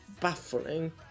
baffling